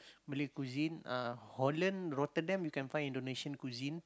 Malay cuisine uh Holland Rotterdam you can find Indonesian cuisine